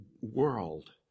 world